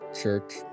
Church